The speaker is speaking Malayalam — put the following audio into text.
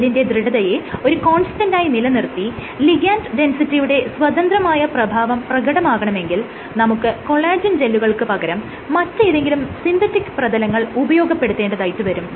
ജെല്ലിന്റെ ദൃഢതയെ ഒരു കോൺസ്റ്റന്റായി നിലനിർത്തി ലിഗാൻഡ് ഡെൻസിറ്റിയുടെ സ്വതന്ത്രമായ പ്രഭാവം പ്രകടമാകണമെങ്കിൽ നമുക്ക് കൊളാജെൻ ജെല്ലുകൾക്ക് പകരം മറ്റേതെങ്കിലും സിന്തറ്റിക് പ്രതലങ്ങൾ ഉപയോഗപ്പെടുത്തേണ്ടതായിട്ട് വരും